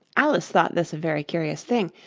alice thought this a very curious thing,